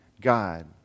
God